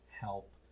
help